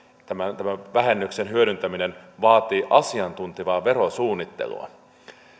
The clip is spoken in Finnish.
tämän tämän vähennyksen hyödyntäminen vaatii asiantuntevaa verosuunnittelua